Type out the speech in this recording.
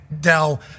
Dell